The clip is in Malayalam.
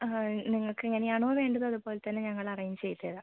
ആ നിങ്ങൾക്ക് എങ്ങനെ ആണോ വേണ്ടത് അതുപോല തന്നെ ഞങ്ങൾ അറേഞ്ച് ചെയ്ത്തരാം